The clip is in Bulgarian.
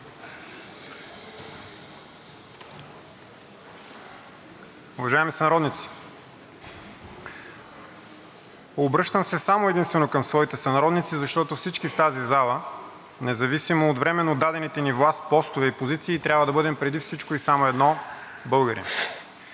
Уважаеми сънародници, обръщам се само и единствено към своите сънародници, защото всички в тази зала независимо от временно дадените ни власт, постове и позиции трябва да бъдем преди всичко и само едно – българи.